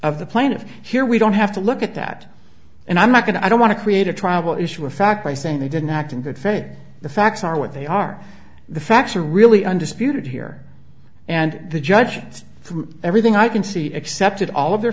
of the plaintiff here we don't have to look at that and i'm not going to i don't want to create a travel issue or fact by saying they didn't act in good faith the facts are what they are the facts are really undisputed here and the judgments from everything i can see except it all of their